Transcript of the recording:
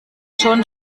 schon